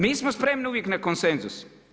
Mi smo spremni uvijek na konsenzus.